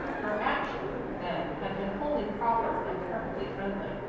her action, then, had been wholly proper and perfectly friendly.